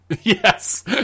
Yes